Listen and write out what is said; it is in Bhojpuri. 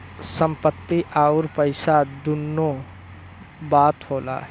संपत्ति अउर पइसा दुन्नो बात होला